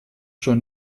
schon